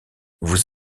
vous